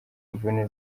imvune